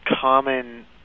common